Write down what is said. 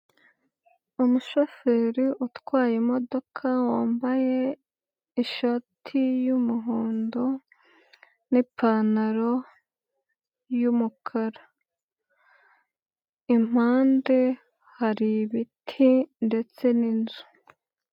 Umushoferi utwaye imodoka wambaye ishati y'umuhondo n'ipantaro y'umukara, impande hari ibiti ndetse n'inzu.